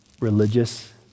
religious